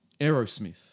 Aerosmith